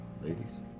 ladies